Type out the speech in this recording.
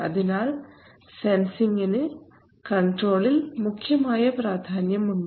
അതിനാൽ സെൻസിങ്ങിന് കണ്ട്രോളിൽ മുഖ്യമായ പ്രാധാന്യമുണ്ട്